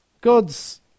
God's